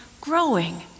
growing